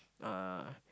uh